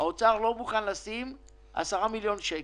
האוצר לא מוכן לשים 10 מיליון שקל.